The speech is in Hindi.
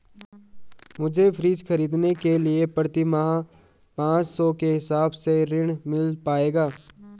मुझे फ्रीज खरीदने के लिए प्रति माह पाँच सौ के हिसाब से ऋण मिल पाएगा?